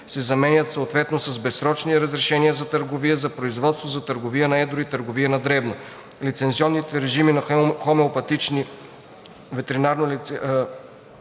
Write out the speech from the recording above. се заменят съответно с безсрочни разрешения за търговия, за производство, за търговия на едро и търговия на дребно. Лицензионните режими на хомеопатични ветеринарно-лекарствени